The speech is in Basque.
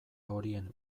horien